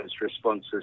responses